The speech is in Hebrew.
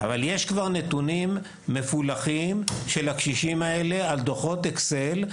אבל יש כבר את הנתונים מפולחים של הקשישים האלה על דוחות Excel,